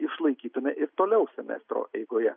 išlaikytume ir toliau semestro eigoje